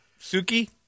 Suki